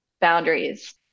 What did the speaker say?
boundaries